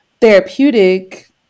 therapeutic